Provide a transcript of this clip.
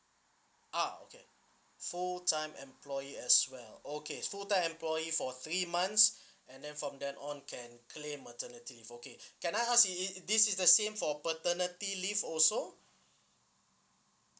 ah okay full time employee as well okay full time employee for three months and then from then on can claim maternity leave okay can I ask is is this is the same for paternity leave also